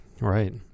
Right